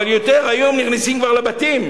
אבל היום כבר נכנסים לבתים.